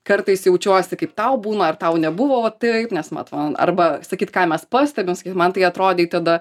kartais jaučiuosi kaip tau būna ar tau nebuvo va taip nes mat man arba sakyt ką mes pastebim sakyt man tai atrodei tada